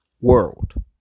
world